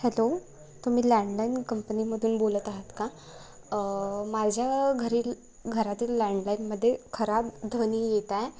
हॅतो तुम्ही लँडलाईन कंपनीमधून बोलत आहात का माझ्या घरील घरातील लँडलाईनमध्ये खराब ध्वनी येत आहे